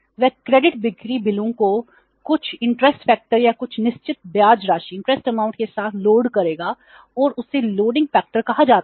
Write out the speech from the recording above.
वह क्रेडिट बिक्री बिलों को कुछ इंटरेस्ट फैक्टर कहा जाता है